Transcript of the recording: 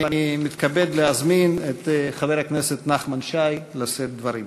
אני מתכבד להזמין את חבר הכנסת נחמן שי לשאת דברים.